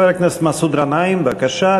חבר הכנסת מסעוד גנאים, בבקשה.